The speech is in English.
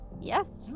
Yes